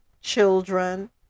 children